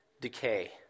decay